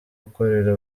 ukorera